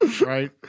Right